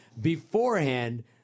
beforehand